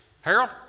Harold